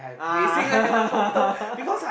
ah